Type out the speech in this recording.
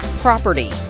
property